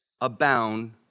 abound